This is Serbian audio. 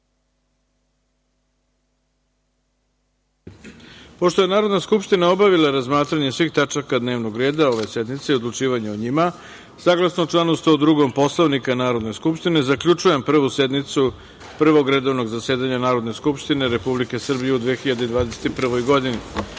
je Narodna skupština obavila razmatranje svih tačaka dnevnog reda ove sednice i odlučivanje o njima, saglasno članu 102. Poslovnika Narodne skupštine, zaključujem Prvu sednicu Prvog redovnog zasedanja Narodne skupštine Republike Srbije u 2021.